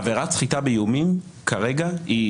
עבירת סחיטה באיומים כרגע,